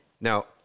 Now